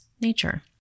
nature